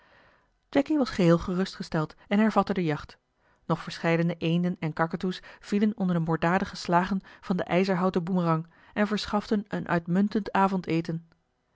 jacky was geheel gerustgesteld en hervatte de jacht nog verscheidene eenden en kakatoes vielen onder de moorddadige slagen van den ijzerhouten boemerang en verschaften een uitmuntend avondeten